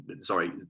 sorry